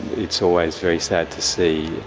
it's always very sad to see,